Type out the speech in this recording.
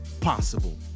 possible